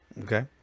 Okay